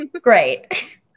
Great